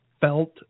felt